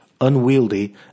unwieldy